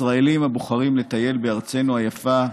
ישראלים הבוחרים לטייל בארצנו היפה,